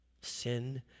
Sin